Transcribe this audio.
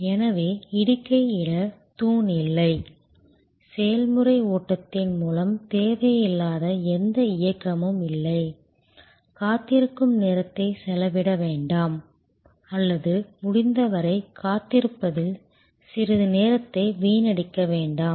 எனவே இடுகையிட தூண் இல்லை செயல்முறை ஓட்டத்தின் மூலம் தேவையில்லாத எந்த இயக்கமும் இல்லை காத்திருக்கும் நேரத்தை செலவிட வேண்டாம் அல்லது முடிந்தவரை காத்திருப்பதில் சிறிது நேரத்தை வீணடிக்க வேண்டாம்